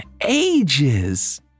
ages